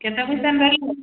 କେତେ ପଇସା ଲାଗିଲା